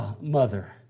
mother